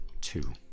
two